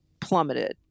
Plummeted